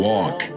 Walk